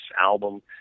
album